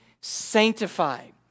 sanctified